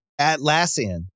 Atlassian